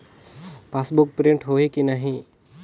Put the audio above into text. Passbook print होही कि नहीं?